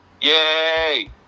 Yay